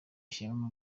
shema